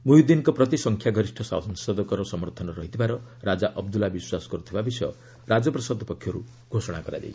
ମୁହିୟିଦ୍ଦିନଙ୍କ ପ୍ରତି ସଂଖ୍ୟା ଗରିଷ୍ଠ ସାଂସଦଙ୍କର ସମର୍ଥନ ରହିଥିବାର ରାଜା ଅବଦୁଲା ବିଶ୍ୱାସ କରୁଥିବା ବିଷୟ ରାଜପ୍ରସାଦ ପକ୍ଷରୁ ଘୋଷଣା କରାଯାଇଛି